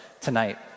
tonight